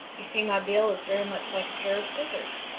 you see my bill is very much like a pair of scissors.